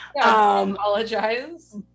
apologize